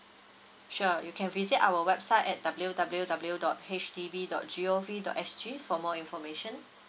sure you can visit our website at W_W_W dot H D B dot G_O_V dot S_G for more information